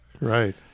Right